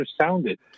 sounded